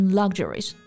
luxuries